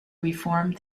reform